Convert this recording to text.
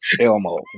Elmo